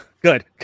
Good